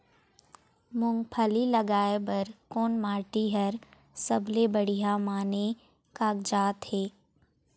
मूंगफली लगाय बर कोन माटी हर सबले बढ़िया माने कागजात हे?